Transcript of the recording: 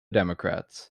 democrats